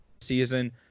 season